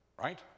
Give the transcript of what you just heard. right